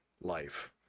life